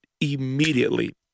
immediately